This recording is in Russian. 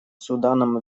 суданом